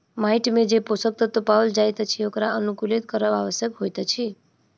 माइट मे जे पोषक तत्व पाओल जाइत अछि ओकरा अनुकुलित करब आवश्यक होइत अछि